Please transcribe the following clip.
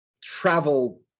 travel